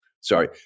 sorry